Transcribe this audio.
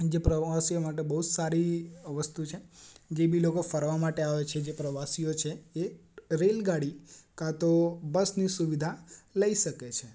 જે પ્રવાસીઓ માટે બહુ સારી વસ્તુ છે જે બી લોકો ફરવા માટે આવે છે જે પ્રવાસીઓ છે એ રેલગાડી કાં તો બસની સુવિધા લઈ શકે છે